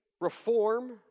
reform